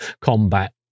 combat